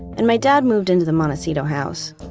and my dad moved into the montecito house.